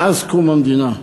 מאז קום המדינה.